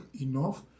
enough